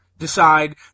decide